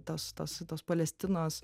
tos tos tos palestinos